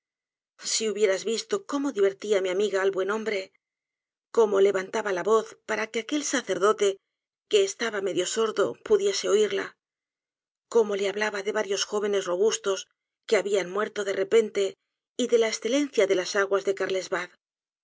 si hubieras visto cómo divertía mi amiga al buen hombre cómo levantaba la voz para que aquel sacerdote que estaba medio sordo pudiese oiría cómo le hablaba de varios jóvenes robustos que habian muerto de repente y de la escelencia délas aguas de